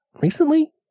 recently